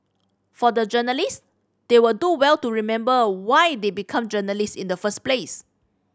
for the journalist they would do well to remember why they become journalist in the first place